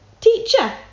Teacher